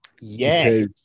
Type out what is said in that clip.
Yes